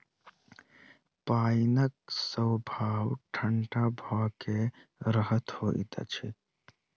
पाइनक स्वभाव ठंढा भ क रहब होइत अछि